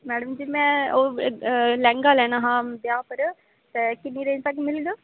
madam ji में ओह् लैहंगा लैना हा ब्याह् च ते किन्ने रेट तगर मिलग